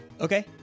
Okay